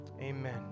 amen